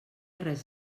res